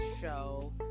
show